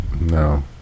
No